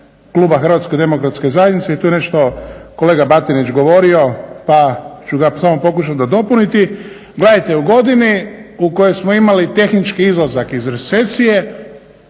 hrvatske demokratske zajednice i to je nešto što je kolega Batinić govorio pa ću ga samo pokušati nadopuniti, gledajte, u godini u kojoj smo imali tehnički izlazak iz recesije,